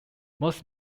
most